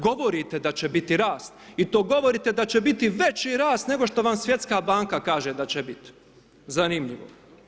Govorite da će biti rast i to govorite da će biti veći rast nego što vam Svjetska banka kaže da će biti, zanimljivo.